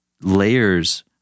layers